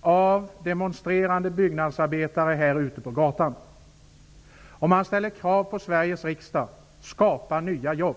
av demonstrerande byggnadsarbetare på gatan här utanför. Man ställer krav på Sveriges riksdag att skapa nya jobb.